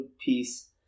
peace